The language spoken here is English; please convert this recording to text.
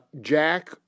Jack